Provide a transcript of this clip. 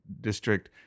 district